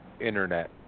Internet